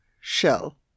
shell